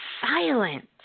silence